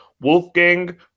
Wolfgang